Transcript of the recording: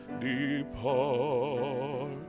depart